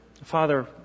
Father